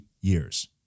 years